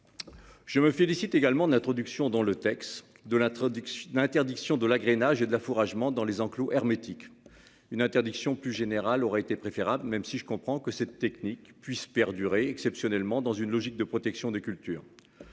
Je me félicite également d'introduction dans le texte de la traduction d'interdiction de l'agrainage et de la fourrage ment dans les enclos hermétique une interdiction plus générale aurait été préférable même si je comprends que cette technique puisse perdurer exceptionnellement dans une logique de protection des cultures.